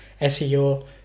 SEO